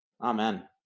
Amen